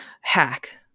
hack